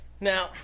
Now